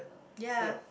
ya